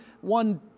one